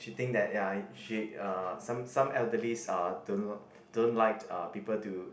she think that ya she uh some some elderlies uh don't know don't like people to